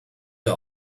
der